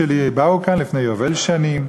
שבאו לכאן לפני יובל שנים?